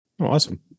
Awesome